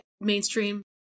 mainstream